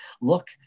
Look